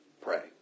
pray